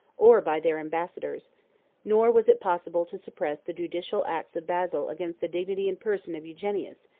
or by their ambassadors nor was it possible to suppress the judicial acts of basil against the dignity and person of eugenius,